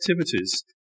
activities